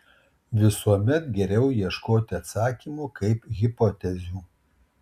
visuomet geriau ieškoti atsakymų kaip hipotezių